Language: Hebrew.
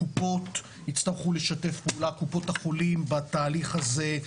קופות החולים יצטרכו לשתף פעולה בתהליך הזה,